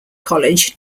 college